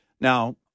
Now